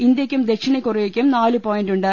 ഇന്തൃയ്ക്കും ദക്ഷിണ കൊറി യയ്ക്കും നാലു പോയിന്റുണ്ട്